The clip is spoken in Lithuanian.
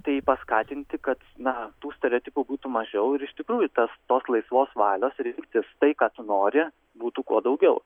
tai paskatinti kad na tų stereotipų būtų mažiau ir iš tikrųjų tas tos laisvos valios rinktis tai ką tu nori būtų kuo daugiau